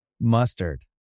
Mustard